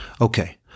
Okay